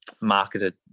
marketed